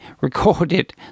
recorded